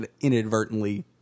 inadvertently